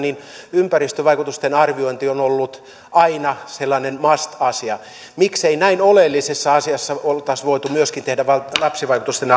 ympäristövaikutusten arviointi on ollut aina sellainen must asia miksei näin oleellisessa asiassa olisi voitu myöskin tehdä lapsivaikutusten